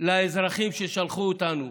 לאזרחים ששלחו אותנו,